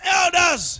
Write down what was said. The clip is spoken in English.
elders